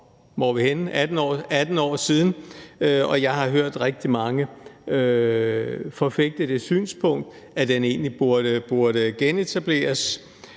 18 år siden. Jeg har hørt rigtig mange forfægte det synspunkt, at den egentlig burde genetableres.